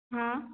हाँ